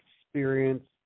experience